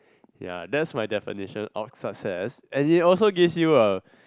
ya that's my definition of success and it also give you a